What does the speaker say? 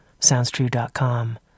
SoundsTrue.com